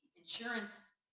insurance